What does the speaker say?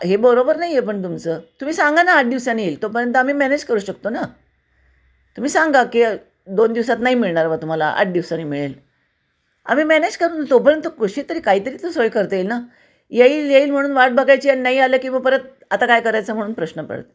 हे बरोबर नाही आहे पण तुमचं तुम्ही सांगा ना आठ दिवसांनी येईल तोपर्यंत आम्ही मॅनेज करू शकतो ना तुम्ही सांगा की दोन दिवसात नाही मिळणार बुवा तुम्हाला आठ दिवसानी मिळेल आम्ही मॅनेज करून तोपर्यंत कशी तरी काहीतरी तर सोय करता येईल ना येईल येईल म्हणून वाट बघायची अ नाही आलं की मग परत आता काय करायचं म्हणून प्रश्न पडतं